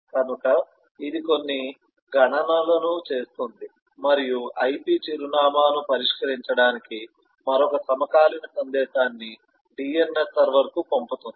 కనుక ఇది కొన్ని గణనలను చేస్తుంది మరియు IP చిరునామాను పరిష్కరించడానికి మరొక సమకాలీన సందేశాన్ని DNS సర్వర్కు పంపుతుంది